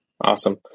Awesome